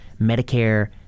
Medicare